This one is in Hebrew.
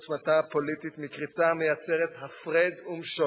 עוצמתה הפוליטית מקריצה המייצרת הפרד ומשול